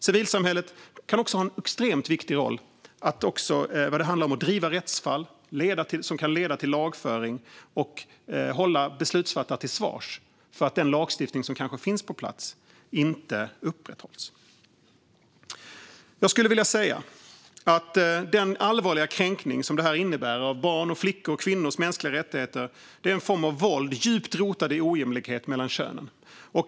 Civilsamhället kan också ha en extremt viktig roll i att driva rättsfall som kan leda till lagföring och att hålla beslutsfattare till svars för att den lagstiftning som kanske finns på plats inte upprätthålls. Den allvarliga kränkning som detta innebär av barns, flickors och kvinnors mänskliga rättigheter är en form av våld djupt rotad i ojämlikhet mellan könen.